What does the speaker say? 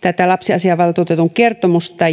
tätä lapsiasiainvaltuutetun kertomusta